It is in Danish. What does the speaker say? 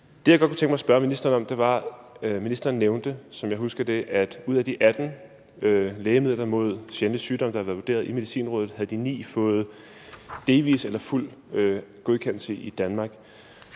kunne godt tænke mig at spørge ministeren om noget. Ministeren nævnte, som jeg husker det, at ud af de 18 lægemidler mod sjældne sygdomme, der har været vurderet i Medicinrådet, havde de 9 fået delvis eller fuld godkendelse i Danmark.